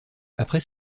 après